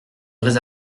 vrais